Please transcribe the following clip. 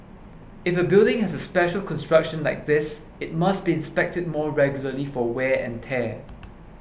if a building has a special construction like this it must be inspected more regularly for wear and tear